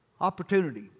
opportunity